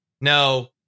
no